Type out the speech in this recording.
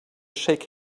shake